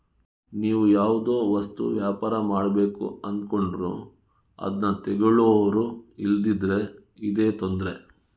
ನೀವು ಯಾವುದೋ ವಸ್ತು ವ್ಯಾಪಾರ ಮಾಡ್ಬೇಕು ಅಂದ್ಕೊಂಡ್ರು ಅದ್ನ ತಗೊಳ್ಳುವವರು ಇಲ್ದಿದ್ರೆ ಇದೇ ತೊಂದ್ರೆ